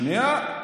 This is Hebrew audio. שנייה.